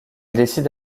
décide